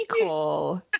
cool